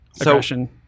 aggression